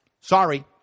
sorry